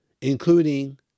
including